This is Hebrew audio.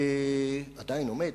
עדיין עומד,